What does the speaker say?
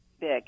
Big